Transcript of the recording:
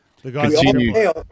continue